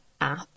app